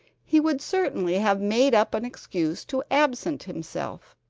he would certainly have made up an excuse to absent himself.